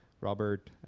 Robert